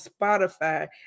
Spotify